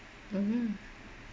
mmhmm